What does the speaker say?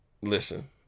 listen